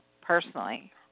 personally